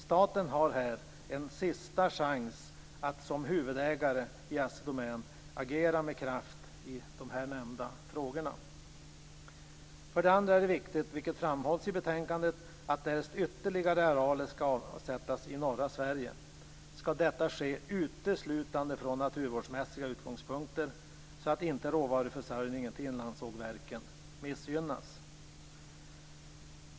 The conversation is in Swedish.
Staten har här en sista chans att som huvudägare i Assi Domän agera med kraft i de nämnda frågorna. För det andra är det viktigt, vilket framhålls i betänkandet, att därest ytterligare arealer skall avsättas i norra Sverige skall detta ske uteslutande från naturvårdsmässiga utgångspunkter så att inte råvaruförsörjningen till inlandssågverken missgynnas.